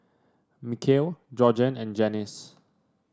Michale Georgeann and Janyce